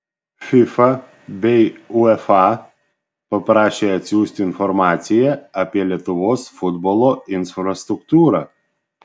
fifa bei uefa paprašė atsiųsti informaciją apie lietuvos futbolo infrastruktūrą